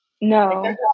No